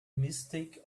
mistake